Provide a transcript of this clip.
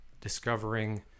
discovering